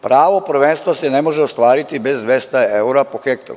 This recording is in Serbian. Pravo prvenstva se ne može ostvariti bez 200 evra po hektaru.